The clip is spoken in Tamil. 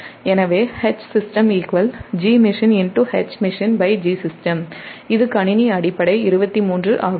எனவே HsystemGmachineHmachineGsystem இது கணினி அடிப்படை 23 ஆகும்